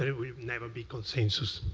there will never be consensus.